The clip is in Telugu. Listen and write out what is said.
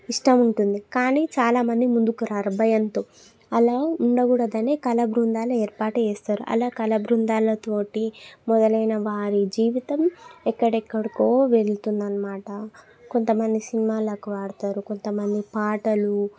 ఇష్టం ఉంటుంది కానీ చాలా మంది ముందుకు రారు భయంతో అలా ఉండగూడదనే కళాబృందాలు ఏర్పాటు చేస్తారు అలా కళాబృందాలతోటి మొదలైన వారి జీవితం ఎక్కడెక్కడికో వెళుతుంది అన్నమాట కొంత మంది సినిమాలకు ఆడతారు కొంతమంది పాటలు